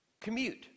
commute